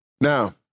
Now